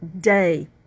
day